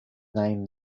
name